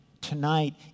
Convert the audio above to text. tonight